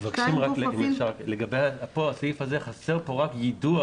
פה בסעיף הזה חסר רק יידוע